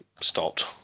stopped